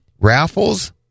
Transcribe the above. raffles